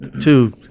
two